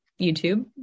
YouTube